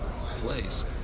place